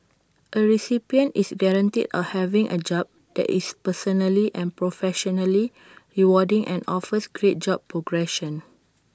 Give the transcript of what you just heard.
A recipient is guaranteed of having A job that is personally and professionally rewarding and offers great job progression